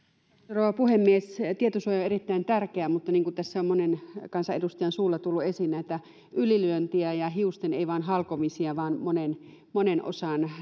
rouva puhemies tietosuoja on erittäin tärkeä mutta niin kuin tässä on monen kansanedustajan suulla tullut esiin niin näitä ylilyöntejä ja ei vain hiusten halkomista vaan moneen osaan